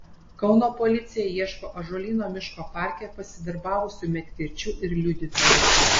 kauno policija ieško ąžuolyno miško parke pasidarbavusių medkirčių ir liudytojų